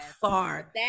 far